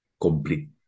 complete